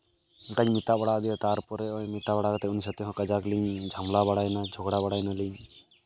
ᱚᱱᱠᱟᱧ ᱢᱮᱛᱟ ᱫᱮᱭᱟ ᱛᱟᱨᱯᱚᱨᱮ ᱢᱮᱛᱟ ᱵᱟᱲᱟ ᱠᱟᱛᱮ ᱩᱱᱤ ᱥᱟᱛᱮᱜ ᱦᱚᱸ ᱠᱟᱡᱟᱠᱞᱤᱣ ᱡᱷᱟᱢᱮᱞᱟ ᱵᱟᱲᱟᱭᱮᱱᱟ ᱡᱷᱚᱜᱽᱲᱟ ᱵᱟᱲᱟᱭ ᱱᱟᱹᱞᱤᱧ